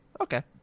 Okay